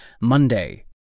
Monday